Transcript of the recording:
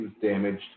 damaged